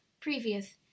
previous